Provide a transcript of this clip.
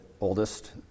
oldest